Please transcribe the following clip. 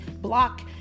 block